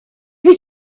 you